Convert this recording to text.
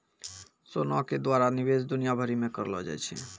सोना के द्वारा निवेश दुनिया भरि मे करलो जाय छै